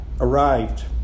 Arrived